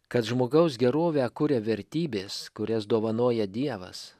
kad žmogaus gerovę kuria vertybės kurias dovanoja dievas